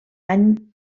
any